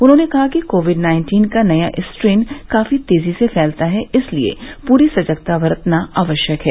उन्होंने कहा कि कोविड नाइन्टीन का नया स्ट्रेन काफी तेजी से फैलता है इसलिये पूरी सजगता बरतना आवश्यक है